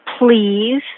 please